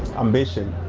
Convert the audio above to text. ambition.